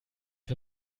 wir